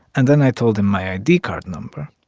and then i told him my id card number.